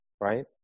right